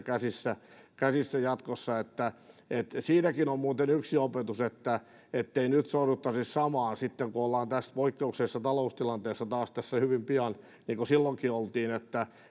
pitää yhteisissä käsissä jatkossa siinäkin on muuten yksi opetus ettei nyt sorruttaisi samaan sitten kun ollaan tässä poikkeuksellisessa taloustilanteessa taas hyvin pian niin kuin silloinkin oltiin että